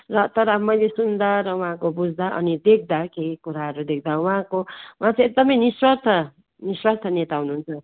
र तर मैले सुन्दा र वहाँको बुझ्दा अनि देख्दा केही कुराहरू देख्दा वहाँको वहाँ चैँ एकदमै निस्वार्थ निस्वार्थ नेता हुनुहुन्छ